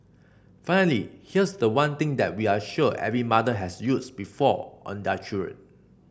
finally here's the one thing that we are sure every mother has used before on their children